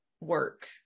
work